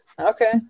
okay